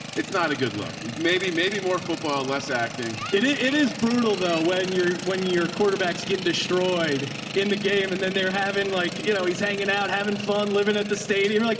it's not a good look. maybe maybe more football, less acting. it it is brutal though, when you're, when your quarterback's getting destroyed in the game. and then they're having like, you know, he's hanging out, having fun living at the stadium. you're like,